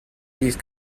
these